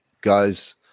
guys